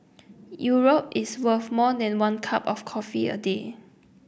Europe is worth more than one cup of coffee a day